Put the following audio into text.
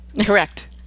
correct